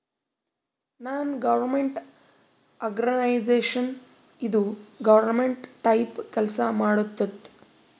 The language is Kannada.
ನಾನ್ ಗೌರ್ಮೆಂಟ್ ಆರ್ಗನೈಜೇಷನ್ ಇದು ಗೌರ್ಮೆಂಟ್ ಟೈಪ್ ಕೆಲ್ಸಾ ಮಾಡತ್ತುದ್